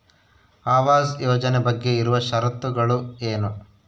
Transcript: ಆವಾಸ್ ಯೋಜನೆ ಬಗ್ಗೆ ಇರುವ ಶರತ್ತುಗಳು ಏನು?